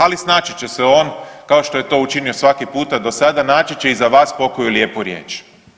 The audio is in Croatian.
Ali snaći će se on kao što je to učinio svaki puta do sada, naći će i za vas pokoju lijepu riječ.